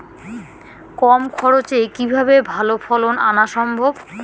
কম খরচে কিভাবে ভালো ফলন আনা সম্ভব?